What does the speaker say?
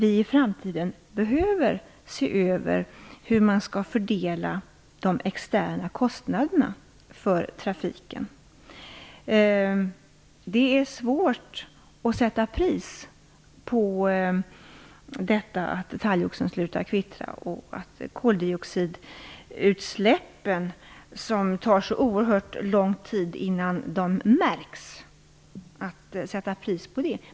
I framtiden behöver vi se över hur man skall fördela de externa kostnaderna för trafiken. Det är svårt att sätta pris på detta att talgoxen slutar kvittra och på koldioxidutsläppen - det tar ju så oerhört lång tid innan de märks.